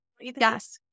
Yes